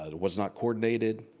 and was not coordinated,